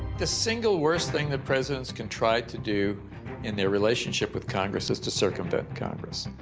the single worst thing that presidents can try to do in their relationship with congress is to circumvent congress.